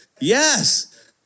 Yes